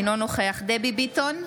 אינו נוכח דבי ביטון,